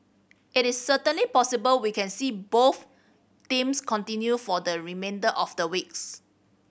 it is certainly possible we can see both themes continue for the remainder of the weeks